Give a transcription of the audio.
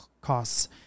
costs